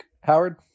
howard